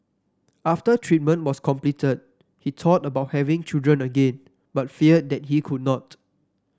after treatment was completed he thought about having children again but feared that he could not